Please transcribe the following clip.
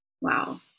Wow